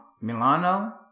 Milano